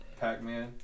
Pac-Man